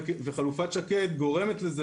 וחלופת שקד גורמת לזה,